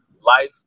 life